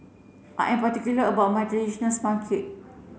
I am particular about my traditional sponge